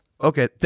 Okay